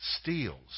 steals